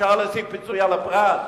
אפשר להשיג פיצוי על הפרט?